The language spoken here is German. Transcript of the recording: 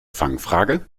fangfrage